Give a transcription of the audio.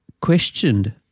questioned